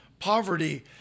Poverty